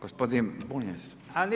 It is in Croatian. Gospodin BUnjac.